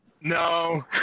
No